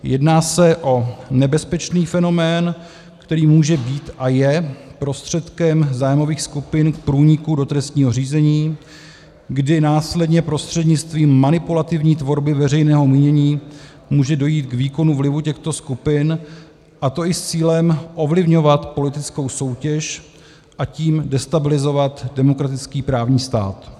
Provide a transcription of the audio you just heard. Jedná se o nebezpečný fenomén, který může být a je prostředkem zájmových skupin k průniku do trestního řízení, kdy následně prostřednictvím manipulativní tvorby veřejného mínění může dojít k výkonu vlivu těchto skupin, a to i s cílem ovlivňovat politickou soutěž, a tím destabilizovat demokratický právní stát.